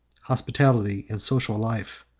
hospitality, and social life.